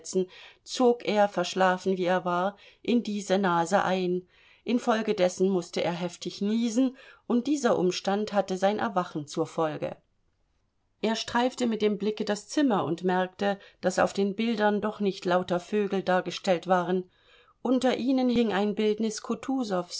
zog er verschlafen wie er war in diese nase ein infolgedessen mußte er heftig niesen und dieser umstand hatte sein erwachen zur folge er streifte mit dem blicke das zimmer und merkte daß auf den bildern doch nicht lauter vögel dargestellt waren unter ihnen hing ein bildnis